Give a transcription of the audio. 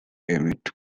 emit